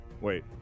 Wait